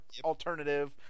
alternative